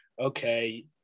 okay